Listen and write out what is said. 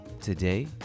today